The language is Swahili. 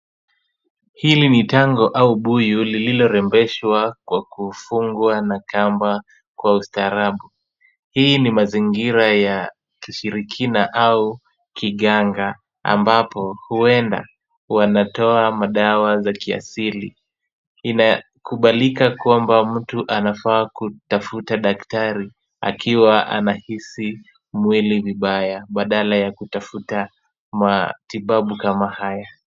Hili ni tango au buyu lililorembeshwa kwa kufungwa na kamba kwa ustaarabu. Hii ni mazingira ya kishirikina au kiganga ambapo huenda wanatoa madawa za kiasili. Inakubalika kwamba mtu anafaa kutafuta daktari akiwa anahisi mwili vibaya badala ya kutafuta matibabu kama haya.